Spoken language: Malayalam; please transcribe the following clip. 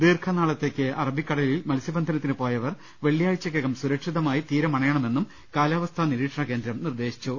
ദീർഘനാളത്തേക്ക് അറബിക്കടലിൽ മത്സ്യബന്ധന ത്തിന് പോയവർ വെള്ളിയാഴ്ചയ്ക്കകം സുരക്ഷിതമായി തീരം അണയണം എന്നും കാലാവസ്ഥാനിരീക്ഷണ കേന്ദ്രം നിർദ്ദേശിച്ചു